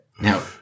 Now